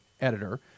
editor